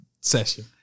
session